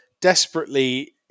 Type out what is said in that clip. desperately